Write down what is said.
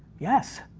yes.